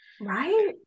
Right